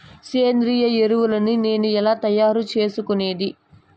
సేంద్రియ ఎరువులని నేను ఎలా తయారు చేసుకునేది?